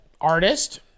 artist